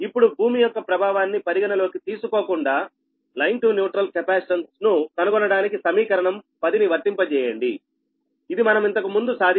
ఇప్పుడు భూమి యొక్క ప్రభావాన్ని పరిగణలోకి తీసుకోకుండా లైన్ టు న్యూట్రల్ కెపాసిటెన్స్ ను కనుగొనడానికి సమీకరణం 10 ని వర్తింప చేయండిఇది మనం ఇంతకుముందు సాధించాం